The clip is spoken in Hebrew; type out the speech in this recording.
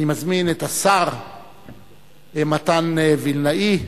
אני מזמין את השר מתן וילנאי,